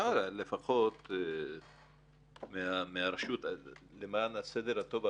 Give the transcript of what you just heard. אבל לפחות מהרשות למען הסדר הטוב,